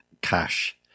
cash